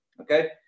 okay